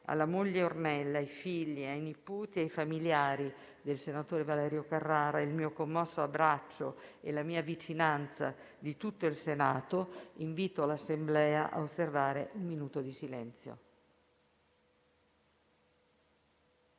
alla moglie Ornella, ai figli, ai nipoti e ai familiari del senatore Valerio Carrara il mio commosso abbraccio e la vicinanza mia e di tutto il Senato, invito l'Assemblea ad osservare un minuto di silenzio.